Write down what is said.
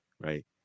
Right